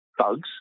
thugs